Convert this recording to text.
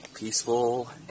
peaceful